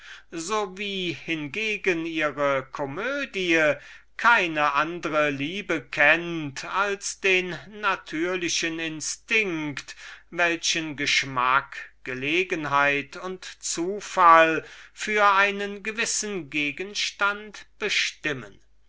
so wie hingegen ihre komödie keine andre liebe kennt als diesen natürlichen instinkt welchen geschmack gelegenheit und zufall für einen gewissen gegenstand bestimmen